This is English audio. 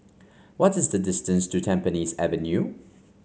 what is the distance to Tampines Avenue